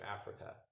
africa